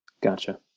Gotcha